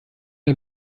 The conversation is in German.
der